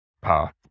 path